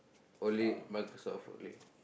only Microsoft only